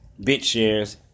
BitShares